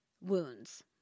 wounds